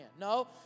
No